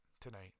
tonight